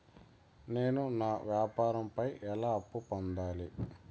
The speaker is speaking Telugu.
నేను నా వ్యాపారం పై ఎలా అప్పు పొందాలి?